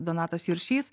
donatas juršys